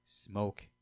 smoke